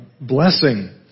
blessing